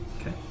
Okay